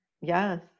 Yes